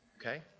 Okay